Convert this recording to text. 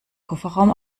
kofferraum